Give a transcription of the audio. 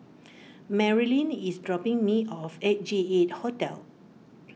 Merilyn is dropping me off at J eight Hotel